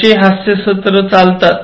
तशे हास्यसत्र चालतात